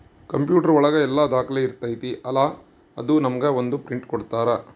computer ಒಳಗ ಎಲ್ಲ ದಾಖಲೆ ಇರ್ತೈತಿ ಅಲಾ ಅದು ನಮ್ಗೆ ಒಂದ್ ಪ್ರಿಂಟ್ ಕೊಡ್ತಾರ